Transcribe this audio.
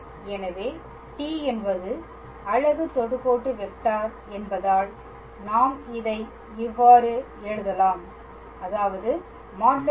எனவே t என்பது அலகு தொடுகோட்டு வெக்டர் என்பதால் நாம் இதை இவ்வாறு எழுதலாம் அதாவது | t | 1